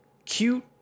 Cute